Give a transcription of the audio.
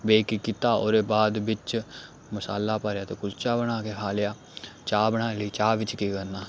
bake कीता ओह्दे बाद बिच्च मसाला भरेआ ते कुलचा बना के खा लेआ चाह् बना लेई चाह् बिच्च केह् करना